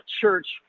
church